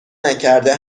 نکرده